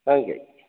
ਹਾਂਜੀ